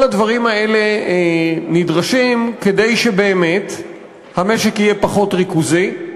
כל הדברים האלה נדרשים כדי שבאמת המשק יהיה פחות ריכוזי,